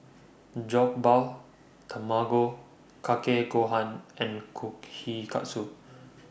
Jokbal Tamago Kake Gohan and Kushikatsu